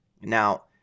Now